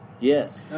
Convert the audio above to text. Yes